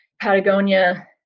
Patagonia